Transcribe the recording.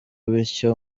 bityo